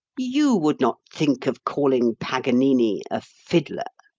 you would not think of calling paganini a fiddler,